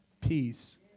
peace